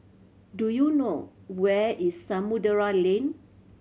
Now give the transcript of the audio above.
do you know where is Samudera Lane